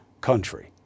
country